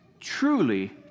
Truly